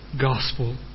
gospel